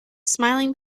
smiling